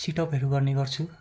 सिटअपहरू गर्ने गर्छु